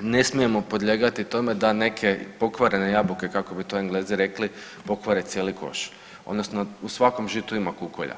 ne smijemo podlijegati tome da neke pokvarene jabuke kako bi Englezi rekli pokvare cijeli koš odnosno u svakom žitu ima kukolja.